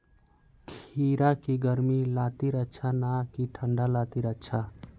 खीरा की गर्मी लात्तिर अच्छा ना की ठंडा लात्तिर अच्छा?